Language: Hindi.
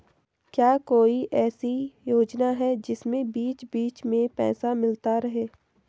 क्या कोई ऐसी योजना है जिसमें बीच बीच में पैसा मिलता रहे?